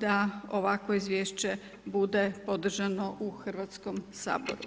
da ovakvo izvješće bude podržano u Hrvatskom saboru.